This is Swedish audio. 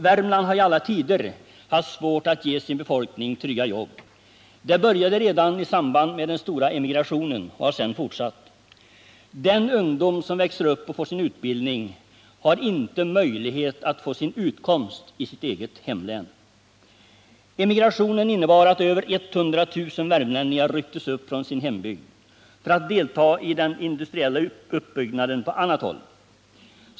Värmland har i alla tider haft svårt att ge sin befolkning trygga jobb. Det började redan i samband med den stora emigrationen och har sedan fortsatt. Den ungdom som växer upp får sin utbildning, men den har inte möjlighet att få utkomst i sitt eget hemlän. Emigrationen innebar att över 100 000 värmlänningar rycktes upp från sin hembygd för att delta i den industriella uppbyggnaden på annat håll.